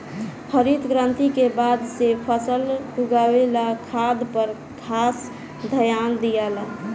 हरित क्रांति के बाद से फसल उगावे ला खाद पर खास ध्यान दियाला